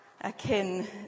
akin